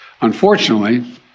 Unfortunately